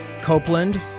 Copeland